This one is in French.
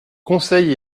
conseils